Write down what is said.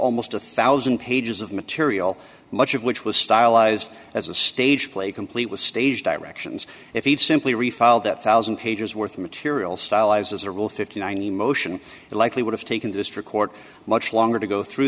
almost a one thousand pages of material much of which was stylized as a stage play complete with stage directions if he'd simply refile that one thousand pages worth of material stylized as a rule fifty nine emotion it likely would have taken district court much longer to go through